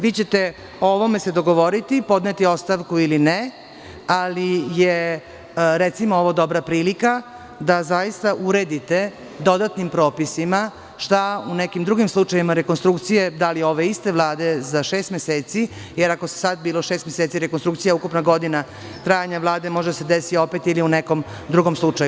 Vi ćete se o ovome dogovoriti, podneti ostavku ili ne, ali je recimo ovo dobra prilika da zaista uredite dodatnim propisima, šta u nekim drugim slučajevima rekonstrukcije, da li ove iste Vlade za šest meseci, jer ako je sad bilo šest meseci rekonstrukcija ukupna godina trajanja Vlade može da se desi opet u nekom drugom slučaju.